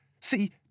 See